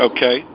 Okay